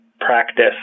practice